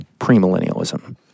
premillennialism